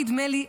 נדמה לי,